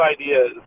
ideas